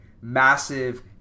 Massive